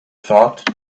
thought